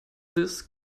this